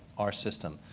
our system.